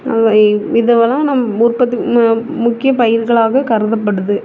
இதுவெல்லாம் நம்ம உற்பத்தி ம முக்கிய பயிர்களாக கருதப்படுது